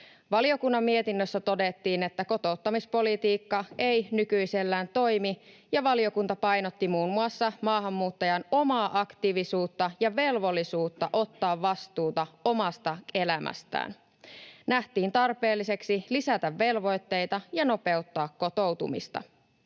Valiokunnan mietinnössä todettiin, että kotouttamispolitiikka ei nykyisellään toimi, ja valiokunta painotti muun muassa maahanmuuttajan omaa aktiivisuutta ja velvollisuutta ottaa vastuuta omasta elämästään. Nähtiin tarpeelliseksi lisätä velvoitteita ja nopeuttaa kotoutumista.